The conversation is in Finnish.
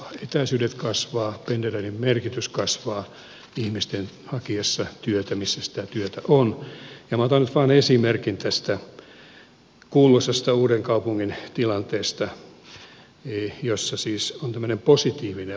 etäisyydet kasvavat pendelöinnin merkitys kasvaa ihmisten hakiessa työtä sieltä missä sitä työtä on ja minä otan nyt vain esimerkin tästä kuuluisasta uudenkaupungin tilanteesta jossa siis on tämmöinen positiivinen ongelma